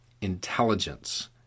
intelligence